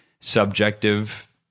subjective